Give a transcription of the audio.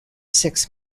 six